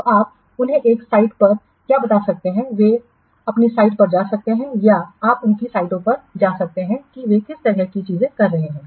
तो आप उन्हें उस साइट पर क्या बता सकते हैं वे आपकी साइट पर जा सकते हैं या आप उनकी साइटों पर जा सकते हैं कि वे किस तरह की चीजें कर रहे हैं